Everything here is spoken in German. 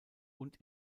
und